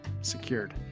secured